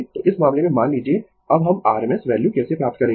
तो इस मामले में मान लीजिए अब हम r m s वैल्यू कैसे प्राप्त करेंगें